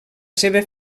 seva